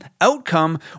outcome